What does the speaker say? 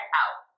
out